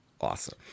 awesome